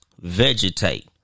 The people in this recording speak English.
vegetate